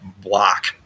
block